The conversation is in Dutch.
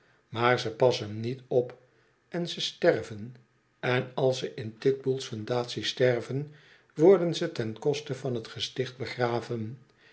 maar ze passen niet op en ze sterven en als ze in titbull's fundatie sterven worden ze ten koste van t gesticht begraven